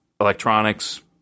electronics